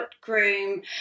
groom